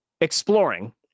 exploring